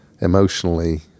emotionally